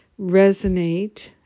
resonate